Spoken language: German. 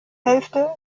hälfte